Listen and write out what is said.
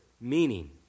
meaning